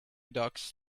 ducks